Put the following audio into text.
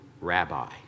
rabbi